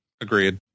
Agreed